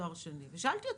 תואר שני ושאלתי אותו,